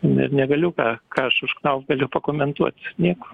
ir negaliu ką aš už knauft galiu pakomentuoti nieko